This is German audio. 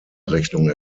rechnung